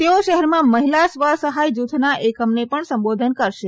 તેઓ શહેરમાં મહિલા સ્વસહાય જુથના એકમને પણ સંબોધિત કરશે